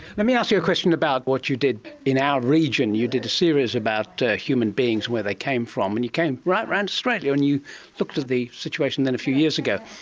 let me ask you a question about what you did in our region, you did a series about human beings, where they came from, and you came right around australia and you looked at the situation then a few years ago.